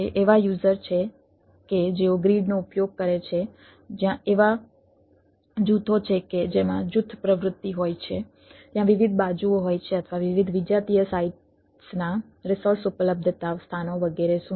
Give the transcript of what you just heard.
એવા યુઝર છે કે જેઓ ગ્રીડનો ઉપયોગ કરે છે ત્યાં એવા જૂથો છે કે જેમાં જૂથ પ્રવૃત્તિ હોય છે ત્યાં વિવિધ બાજુઓ હોય છે અથવા વિવિધ વિજાતીય સાઇટ્સનાં રિસોર્સ ઉપલબ્ધતા સ્થાનો વગેરે શું છે